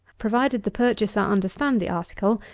provided the purchaser understand the article,